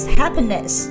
happiness